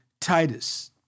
Titus